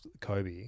kobe